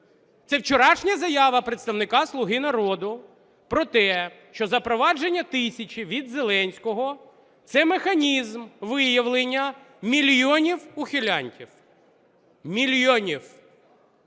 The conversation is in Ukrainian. Це вчорашня заява представника "Слуги народу" про те, що запровадження тисячі від Зеленського – це механізм виявлення мільйонів ухилянтів, мільйонів.